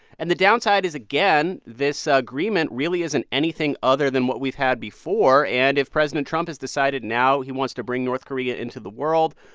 and the downside is, again, this agreement really isn't anything other than what we've had before, and if president trump has decided now he wants to bring north korea into the world,